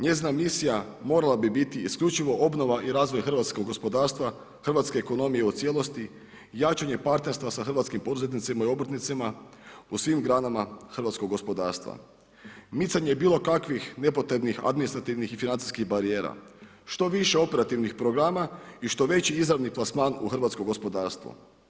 Njezina misija morala bi biti isključivo obnova i razvoj hrvatskog gospodarstva, hrvatske ekonomije u cijelosti, jačanje partnerstva sa hrvatskim poduzetnicima i obrtnicima u svim granama hrvatskog gospodarstva, micanje bilokakvih nepotrebnih administrativnih i financijskih barijera, što više operativnih programa i što veći izradni plasman u hrvatskom gospodarstvu.